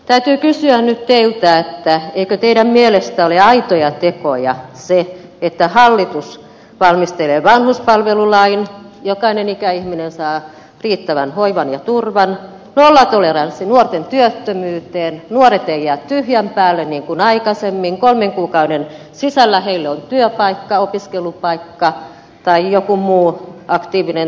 täytyy kysyä nyt teiltä eivätkö teidän mielestä ole aitoja tekoja että hallitus valmistelee vanhuspalvelulain jolloin jokainen ikäihminen saa riittävän hoivan ja turvan että tulee nollatoleranssi nuorten työttömyyteen nuoret eivät jää tyhjän päälle niin kuin aikaisemmin vaan kolmen kuukauden sisällä heillä on työpaikka opiskelupaikka tai joku muu aktiivinen työvoimapoliittinen toimenpide